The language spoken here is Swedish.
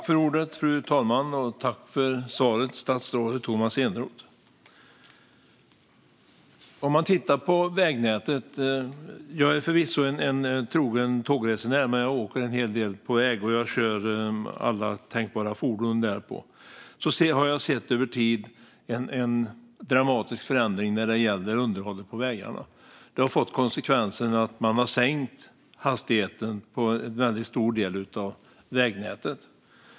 Fru talman! Jag vill tacka statsrådet Tomas Eneroth för svaret. Jag är förvisso en trogen tågresenär, men jag åker också en hel del på väg. Jag kör alla tänkbara fordon därpå. Jag har över tid sett en dramatisk förändring när det gäller underhållet på vägarna. Det har fått konsekvensen att man har sänkt hastigheten på en stor del av vägnätet.